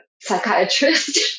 psychiatrist